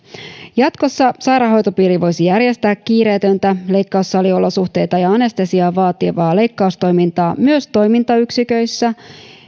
jatkossa sairaanhoitopiiri voisi järjestää kiireetöntä leikkaussaliolosuhteita ja anestesiaa vaativaa leikkaustoimintaa myös toimintayksiköissä